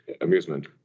amusement